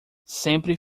sempre